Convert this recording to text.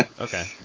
Okay